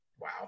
Wow